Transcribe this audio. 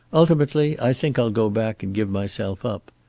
ultimately i think i'll go back and give myself up.